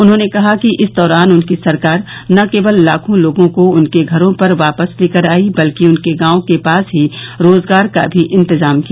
उन्होंने कहा कि इस दौरान उनकी सरकार न केवल लाखों लोगों को उनके घरों पर वापस लेकर आयी बल्कि उनके गांव के पास ही रोजगार का भी इंतजाम किया